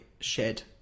shed